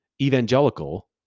evangelical